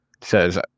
says